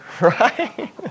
Right